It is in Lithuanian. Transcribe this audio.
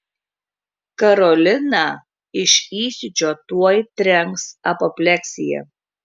karoliną iš įsiūčio tuoj trenks apopleksija